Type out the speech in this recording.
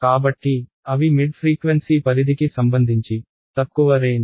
కాబట్టి అవి mid frequency పరిధికి సంబంధించి తక్కువ రేంజ్